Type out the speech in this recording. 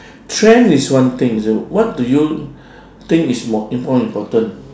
trend is one thing what do you think is more more important